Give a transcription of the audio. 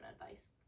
advice